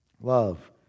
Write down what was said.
Love